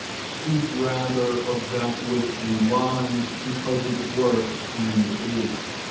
speak rather of that which relies because it works and is.